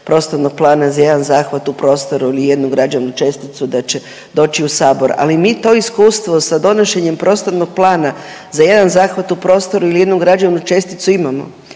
prostornog plana za jedan zahvat u prostoru ili jednu građevnu česticu da će doći u sabor, ali mi to iskustvo sa donošenjem prostornog plana za jedan zahvat u prostoru ili jednu građevnu česticu imamo